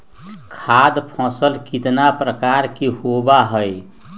खाद्य फसल कितना प्रकार के होबा हई?